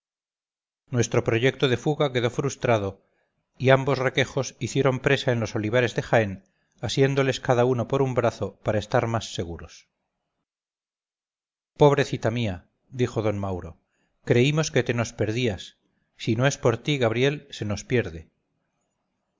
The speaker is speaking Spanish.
nuestro proyecto de fuga quedó frustrado y ambos requejos hicieron presa en los olivares de jaén asiéndoles cada uno por un brazo para estar más seguros pobrecita mía dijo d mauro creímos que te nos perdías si no es por ti gabriel se nos pierde